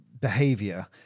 behavior